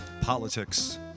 politics